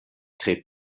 tre